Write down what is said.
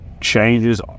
changes